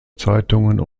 zeitungen